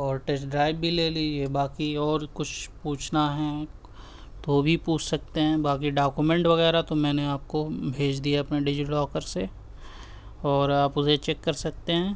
اور test drive بھی لے لیجیے باقی اور کچھ پوچھنا ہے تو بھی پوچھ سکتے ہیں باقی ڈاکومنٹ وغیرہ تو میں نے آپ کو بھیج دیا اپنے ڈیجی لاکر سے اور آپ اسے چیک کر سکتے ہیں